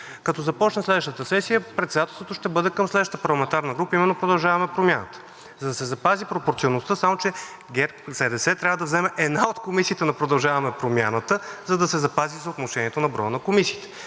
като започне следващата сесия, председателството ще бъде към следващата парламентарна група, а именно „Продължаваме Промяната“. За да се запази пропорционалността, ГЕРБ-СДС трябва да вземе една от комисиите на „Продължаваме Промяната“, за да се запази съотношението в броя на комисиите.